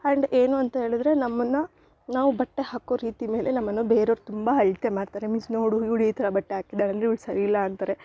and ಏನು ಅಂತ ಹೇಳಿದ್ರೆ ನಮ್ಮನ್ನು ನಾವು ಬಟ್ಟೆ ಹಾಕೋ ರೀತಿ ಮೇಲೆ ನಮ್ಮನ್ನು ಬೇರೆಯವ್ರು ತುಂಬ ಅಳ್ತೆ ಮಾಡ್ತಾರೆ ಮೀನ್ಸ್ ನೋಡು ಇವ್ಳು ಈ ಥರ ಬಟ್ಟೆ ಹಾಕಿದಾಳೆ ಅಂದರೆ ಇವ್ಳು ಸರಿ ಇಲ್ಲ ಅಂತಾರೆ